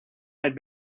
had